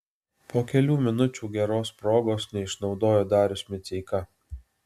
po kelių minučių geros progos neišnaudojo darius miceika